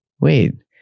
wait